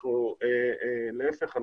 להיפך,